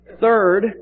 Third